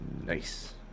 nice